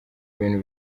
bintu